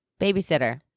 babysitter